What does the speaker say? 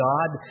God